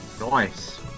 Nice